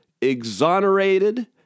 exonerated